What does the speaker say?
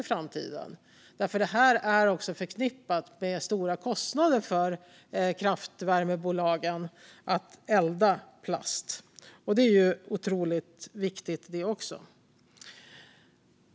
Det är förknippat med stora kostnader för kraftvärmebolagen att elda plast, och det är också otroligt viktigt. Fru talman!